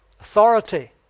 authority